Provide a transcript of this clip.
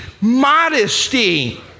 modesty